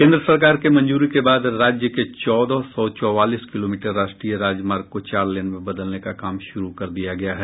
केन्द्र सरकार के मंजूरी बाद राज्य के चौदह सौ चौवालीस किलोमीटर राष्ट्रीय राजमार्ग को चार लेन में बदलने का काम शुरू कर दिया गया है